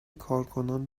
کارکنان